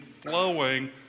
flowing